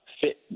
fit